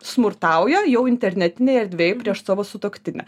smurtauja jau internetinėj erdvėj prieš savo sutuoktinę